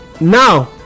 now